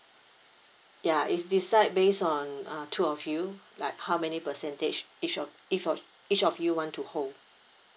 ya it's decide based on uh two of you like how many percentage each of each of each of you want to hold